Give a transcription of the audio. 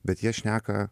bet jie šneka